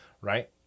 Right